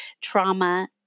trauma